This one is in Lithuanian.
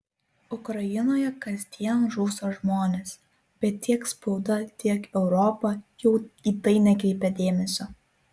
ukrainoje kasdien žūsta žmonės bet tiek spauda tiek europa jau į tai nekreipia dėmesio